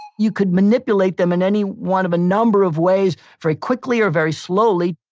you could manipulate them in any one of a number of ways, very quickly or very slowly